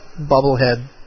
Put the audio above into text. bubblehead